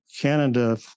Canada